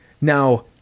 Now